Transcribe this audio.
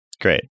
Great